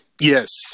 Yes